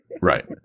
Right